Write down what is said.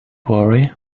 worry